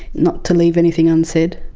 not to leave anything unsaid,